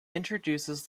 introduces